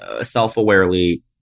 self-awarely